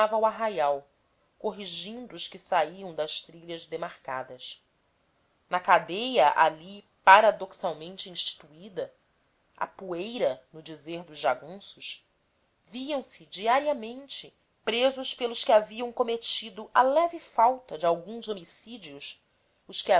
o arraial corrigindo os que saíam das trilhas demarcadas na cadeia ali paradoxalmente instituída a poeira no dizer dos jagunços viam-se diariamente presos pelos que haviam cometido a leve falta de alguns homicídios os